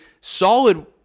solid